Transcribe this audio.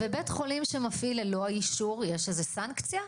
ובית חולים שמפעיל ללא אישור, יש איזה סנקציה?